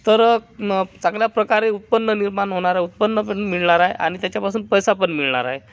तर म चांगल्याप्रकारे उत्पन्न निर्माण होणार आहे उत्पन्न पण मिळणार आहे आणि त्याच्यापासून पैसा पण मिळणार आहे